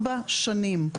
4 שנים.